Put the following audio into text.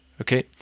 Okay